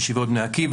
בישיבות בני-עקיבא,